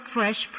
Fresh